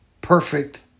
perfect